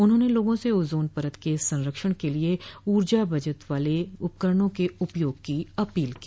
उन्होंने लोगों से ओजोन परत के संरक्षण के लिए ऊर्जा बचत वाले उपकरणों के उपयोग की अपील की